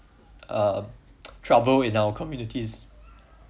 uh trouble in our communities